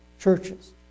churches